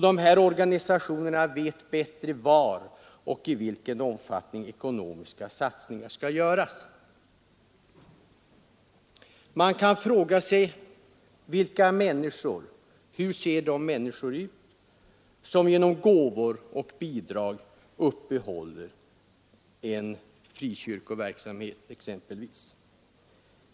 Dessa organisationer vet bättre var och i vilken omfattning ekonomiska satsningar skall göras. Man kan fråga sig hur de människor ser ut, vilka de är som genom gåvor och bidrag uppehåller exempelvis en frikyrkoverksamhet.